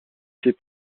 ces